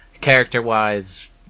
Character-wise